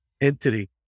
entity